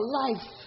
life